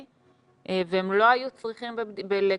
כן,